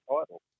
title